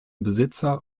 besitzer